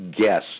guess